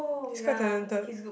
he's quite talented